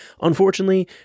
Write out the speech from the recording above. unfortunately